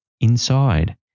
Inside